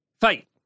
fight